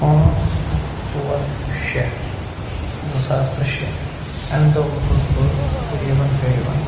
پانٛژھ ژور شیٚے زٕ ساس تہٕ شیٚے امہِ دۄہ اوسُس بہٕ قریٖبن قریٖبن